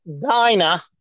diner